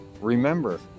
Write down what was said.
remember